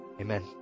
Amen